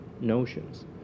notions